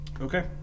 Okay